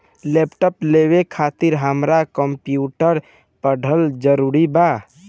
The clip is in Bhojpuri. लैपटाप लेवे खातिर हमरा कम्प्युटर पढ़ल जरूरी बा?